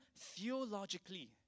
theologically